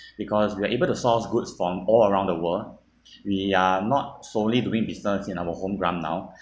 because we are able to source goods from all around the world we are not solely doing business in our home ground now